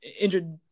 injured